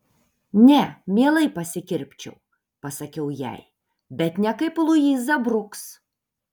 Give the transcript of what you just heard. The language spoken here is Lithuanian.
ne mielai pasikirpčiau pasakiau jai bet ne kaip luiza bruks